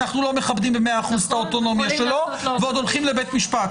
אנחנו לא מכבדים ב-100% את האוטונומיה שלו ועוד הולכים לבית משפט,